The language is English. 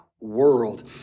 world